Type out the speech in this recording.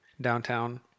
downtown